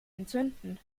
entzünden